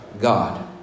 God